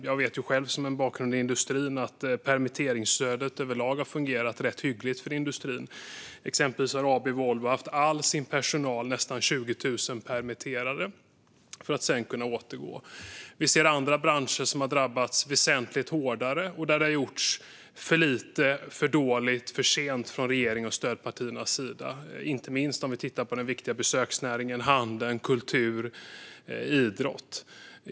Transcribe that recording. Jag har själv bakgrund i industrin och vet att permitteringsstödet överlag har fungerat rätt hyggligt. Exempelvis har AB Volvo haft all sin personal, nästan 20 000 personer, permitterad, för att sedan låta dem återgå i tjänst. Vi ser andra branscher som har drabbats väsentligt hårdare, där det har gjorts för lite, för dåligt och för sent från regeringens och stödpartiernas sida, inte minst om vi tittar på den viktiga besöksnäringen, handeln, kulturen och idrotten.